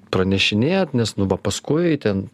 pranešinėt nes nu va paskui ten